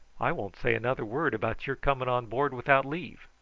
i won't say another word about your coming on board without leave.